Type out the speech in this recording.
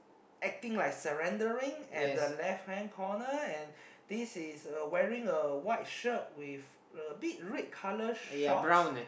acting like surrendering and the left hand corner and this is uh wearing a white shirt with a bit red colour shorts